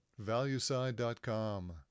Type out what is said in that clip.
Valueside.com